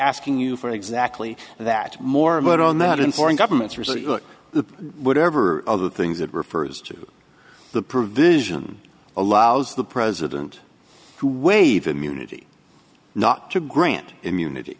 asking you for exactly that more input on that in foreign governments are the whatever other things it refers to the provision allows the president to waive immunity not to grant immunity